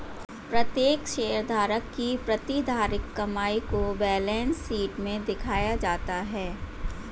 प्रत्येक शेयरधारक की प्रतिधारित कमाई को बैलेंस शीट में दिखाया जाता है